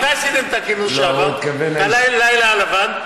מתי עשיתם את הכינוס שעבר, את הלילה הלבן?